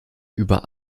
über